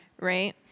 right